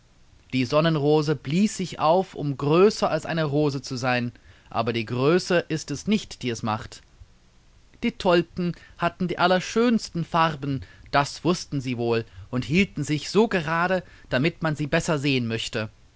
die sonnenrose blies sich auf um größer als eine rose zu sein aber die größe ist es nicht die es macht die tulpen hatten die allerschönsten farben das wußten sie wohl und hielten sich so gerade damit man sie besser sehen möchte